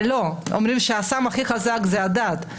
אבל אומרים שהסם הכי חזק זה הדת,